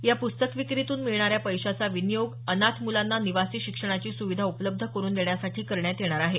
या प्स्तक विक्रीतून मिळणाऱ्या पैश्याचा विनियोग अनाथ मुलांना निवासी शिक्षणाची सुविधा उपलब्ध करून देण्यासाठी करण्यात येणार आहे